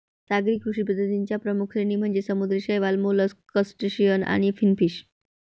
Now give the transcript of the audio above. सागरी कृषी प्रजातीं च्या प्रमुख श्रेणी म्हणजे समुद्री शैवाल, मोलस्क, क्रस्टेशियन आणि फिनफिश